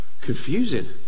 confusing